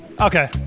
Okay